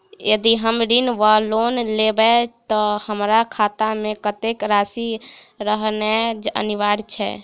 यदि हम ऋण वा लोन लेबै तऽ हमरा खाता मे कत्तेक राशि रहनैय अनिवार्य छैक?